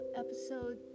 episode